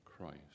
Christ